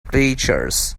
bleachers